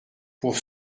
pour